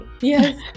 Yes